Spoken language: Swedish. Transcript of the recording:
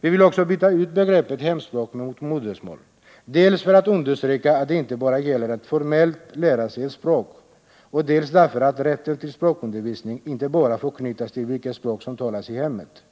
Vi vill också byta ut begreppet hemspråk mot begreppet modersmål, dels för att understryka att det inte bara gäller att formellt lära sig ett språk, dels för att understryka att rätten till språkundervisning inte bara får knytas till det språk som talas i hemmet